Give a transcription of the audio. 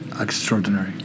extraordinary